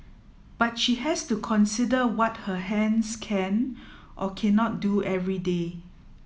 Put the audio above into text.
but she has to consider what her hands can or cannot do every day